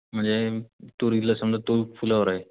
म्हणजे तुरीला समजा तो फुलावर आहे